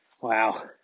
Wow